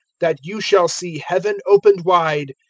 that you shall see heaven opened wide,